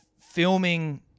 filming